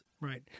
right